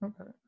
okay